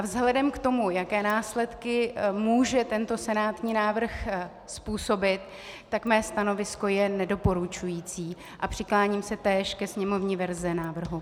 Vzhledem k tomu, jaké následky může tento senátní návrh způsobit, je mé stanovisko nedoporučující a přikláním se též ke sněmovní verzi návrhu.